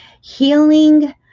healing